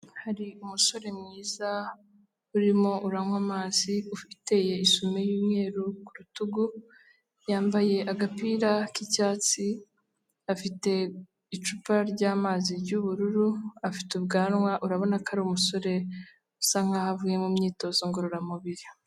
Hari umusore mwiza urimo uranywa amazi, ufite isume y'umweru ku rutugu, yambaye agapira k'icyatsi, afite icupa ry'amazi ry'ubururu, afite ubwanwa, urabona ko ari umusore usa nk'aho avuye mu myitozo ngororamubiri.